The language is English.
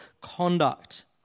conduct